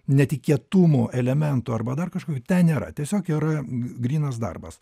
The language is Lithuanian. netikėtumo elementų arba dar kažko ten nėra tiesiog yra grynas darbas